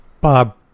Bob